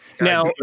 Now